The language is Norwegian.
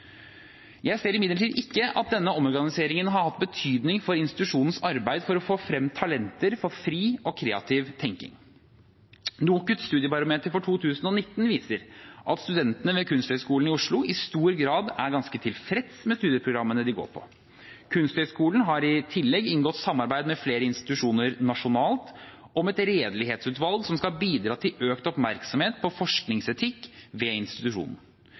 Jeg ser imidlertid ikke at denne omorganiseringen har hatt betydning for institusjonens arbeid for å få frem talenter og for fri og kreativ tenkning. NOKUTs studiebarometer for 2019 viser at studentene ved Kunsthøgskolen i Oslo i stor grad er ganske tilfredse med studieprogrammene de går på. Kunsthøgskolen har i tillegg inngått samarbeid med flere institusjoner nasjonalt om et redelighetsutvalg som skal bidra til økt oppmerksomhet på forskningsetikk ved institusjonen.